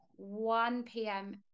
1pm